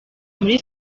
muri